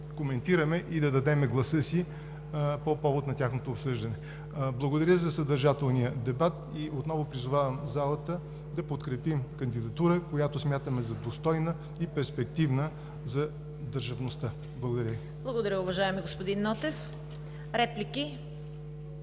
коментираме и да дадем гласа си по повод на тяхното обсъждане. Благодаря за съдържателния дебат. Отново призовавам залата да подкрепим кандидатура, която смятаме за достойна и перспективна за държавността. Благодаря Ви. ПРЕДСЕДАТЕЛ ЦВЕТА КАРАЯНЧЕВА: Благодаря, уважаеми господин Нотев. Реплики?